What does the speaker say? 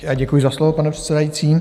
Já děkuji za slovo, pane předsedající.